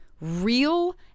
real